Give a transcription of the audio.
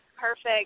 perfect